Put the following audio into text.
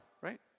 right